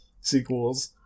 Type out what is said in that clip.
sequels